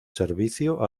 servicio